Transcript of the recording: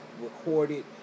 recorded